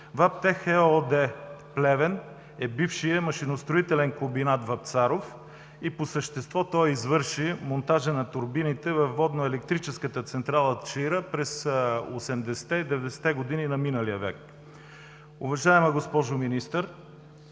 “ВАПТЕХ” ЕООД – Плевен е бившият машиностроителен комбинат „Вапцаров“ и по същество той извърши монтажа на турбините във Водноелектрическата централа „Чаира“ през 80-те и 90-те години на миналия век. Уважаема госпожо Министър,